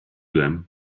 them